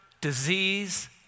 disease